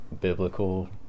biblical